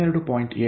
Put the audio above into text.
7 ನಿಮಿಷ